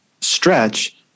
stretch